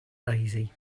lazy